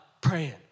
praying